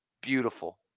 Beautiful